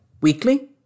weekly